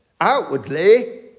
outwardly